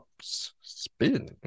spin